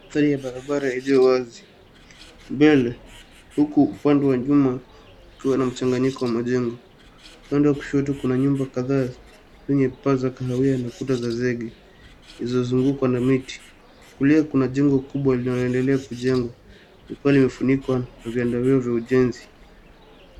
Mandhari ya barabara iliyo wazi. Mbele huku upande wa nyuma kukiwa na mchanganyiko wa majengo. Upande wa kushoto kuna nyumba kadhaa zenye paa za kahawia na kuta za zege zilizozungukwa na miti. Kulia kuna jengo kubwa linaloendelea kujengwa, likiwa limefunikwa na vyandarua vya ujenzi.